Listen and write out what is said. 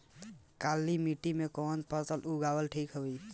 काली मिट्टी में कवन फसल उगावल ठीक होई?